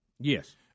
Yes